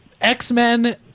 X-Men